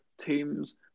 teams